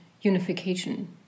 unification